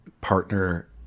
partner